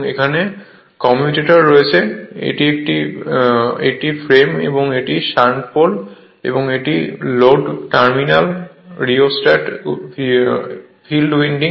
এখানে কমিউটেটর রয়েছে এটি ফ্রেম এবং এটি শান্ট পোল এবং এটি load terminal field rheostat field winding